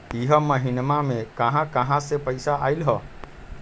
इह महिनमा मे कहा कहा से पैसा आईल ह?